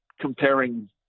comparing